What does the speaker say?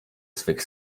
swych